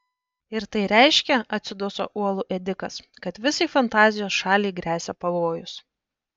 ir tai reiškia atsiduso uolų ėdikas kad visai fantazijos šaliai gresia pavojus